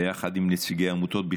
ביחד עם נציגי עמותות,